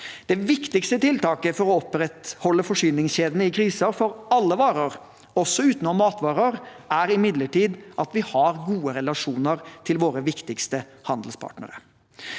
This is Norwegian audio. Det viktigste tiltaket for å opprettholde forsyningskjedene i kriser, for alle varer, også utenom matvarer, er imidlertid at vi har gode relasjoner til våre viktigste handelspartnere.